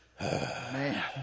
Man